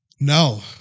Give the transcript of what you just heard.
no